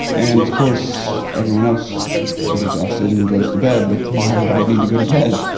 and of course everyone else is exhausted and goes to bed, but why would i need to go to bed?